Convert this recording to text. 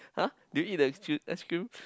!huh! do you the scre~ ice cream